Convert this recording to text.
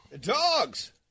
Dogs